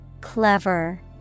Clever